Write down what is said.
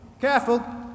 Careful